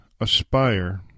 aspire